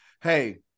Hey